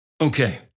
Okay